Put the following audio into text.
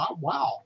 Wow